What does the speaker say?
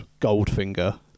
Goldfinger